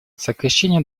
сокращение